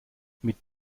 mit